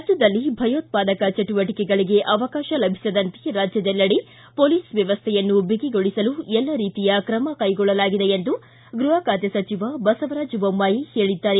ರಾಜ್ಯದಲ್ಲಿ ಭಯೋತ್ಪಾದಕ ಚಟುವಟಕೆಗಳಿಗೆ ಅವಕಾಶ ಲಭಿಸದಂತೆ ರಾಜ್ಯದಲ್ಲೆಡೆ ಪೊಲೀಸ್ ವ್ಯವಸ್ಥೆಯನ್ನು ಬಗಿಗೊಳಿಸಲು ಎಲ್ಲ ರೀತಿಯ ಕ್ರಮ ಕೈಗೊಳ್ಳಲಾಗಿದೆ ಎಂದು ಗೃಹ ಖಾತೆ ಸಚಿವ ಬಸವರಾಜ ಬೊಮ್ಮಾಯಿ ಹೇಳಿದ್ದಾರೆ